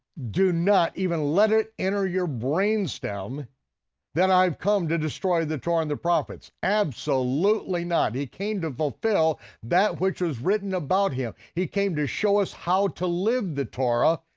do not even let it enter your brain stem that i've come to destroy the torah and the prophets. absolutely not. he came to fulfill that which was written about him. he came to show us how to live the torah.